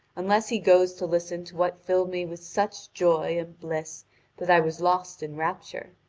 unless he goes to listen to what filled me with such joy and bliss that i was lost in rapture.